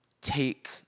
take